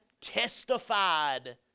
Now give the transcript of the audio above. Testified